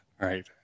right